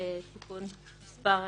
(תיקון מס')